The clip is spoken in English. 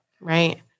Right